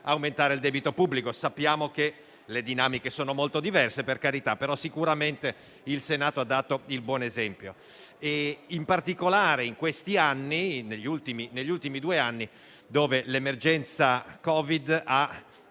grazie a tutti